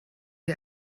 wir